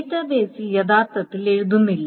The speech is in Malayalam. ഡാറ്റാബേസിൽ യഥാർത്ഥത്തിൽ എഴുതുന്നില്ല